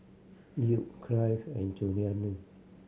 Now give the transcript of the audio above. Duke Clyde and Julianne